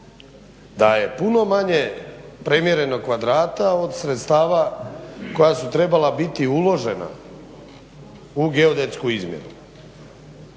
da je puno manje premjerenih kvadrata od sredstava koja su trebala biti uložena u geodetsku izmjenu.